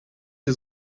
die